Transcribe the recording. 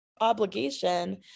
obligation